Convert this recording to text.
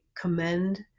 commend